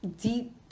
deep